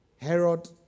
Herod